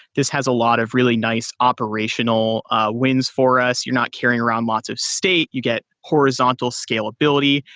this has a lot of really nice operational wins for us. you're not caring around lots of state. you get horizontal scalability.